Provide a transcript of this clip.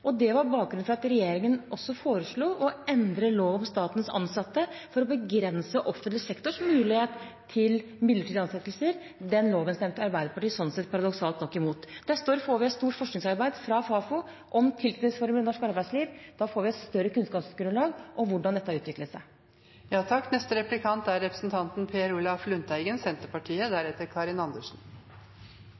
og det var bakgrunnen for at regjeringen foreslo å endre lov om statens ansatte – for å begrense offentlig sektors mulighet til midlertidige ansettelser. Den loven stemte Arbeiderpartiet paradoksalt nok mot. Neste år får vi et stort forskningsarbeid fra Fafo om tilknytningsformer i norsk arbeidsliv. Da får vi et større kunnskapsgrunnlag om hvordan dette har utviklet seg. Statsråden sa at en høyere skattebyrde var usolidarisk – et ganske spesielt utsagn. Det som er